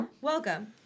Welcome